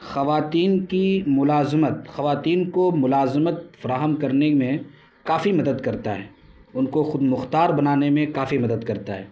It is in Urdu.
خواتین کی ملازمت خواتین کو ملازمت فراہم کرنے میں کافی مدد کرتا ہے ان کو خود مختار بنانے میں کافی مدد کرتا ہے